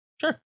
sure